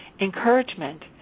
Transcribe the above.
Encouragement